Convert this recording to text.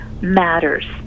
matters